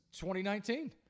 2019